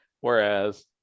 whereas